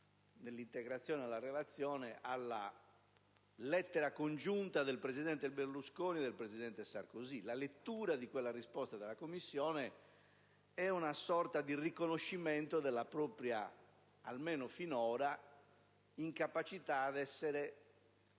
di integrazione alla relazione - alla lettera congiunta del presidente Berlusconi e del presidente Sarkozy. Quella risposta della Commissione è una sorta di riconoscimento della propria, almeno finora, incapacità ad essere